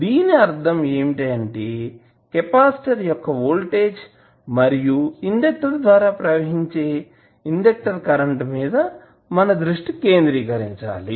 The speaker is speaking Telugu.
దీని అర్థం ఏమిటి అంటే కెపాసిటర్ యొక్క వోల్టేజ్ మరియు ఇండక్టర్ ద్వారా ప్రవహించే ఇండక్టర్ కరెంట్ మీద మన దృష్టి కేంద్రీకరించాలి